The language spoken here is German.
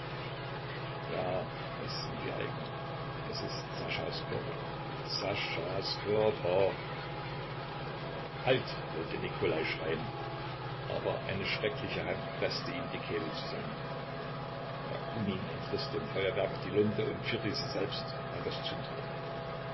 ja es sind die eigenen es ist saschas körper saschas körper halt wollte nikolai schreien aber eine schreckliche hand preßte ihm die kehle zusammen bakunin entriß dem feuerwerker die lunte und führte sie selbst an das